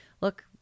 look